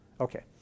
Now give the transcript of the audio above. Okay